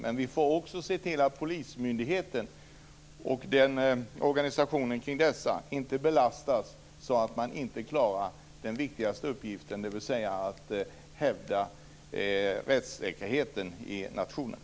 Men vi får också se till att polismyndigheten och organisationen kring denna inte belastas så att man inte klarar den viktigaste uppgiften, nämligen att hävda rättssäkerheten i nationen.